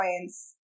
points